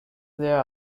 there